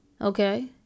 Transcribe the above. Okay